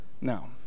Now